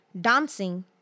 dancing